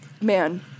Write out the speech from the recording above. Man